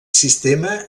sistema